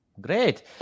Great